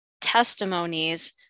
testimonies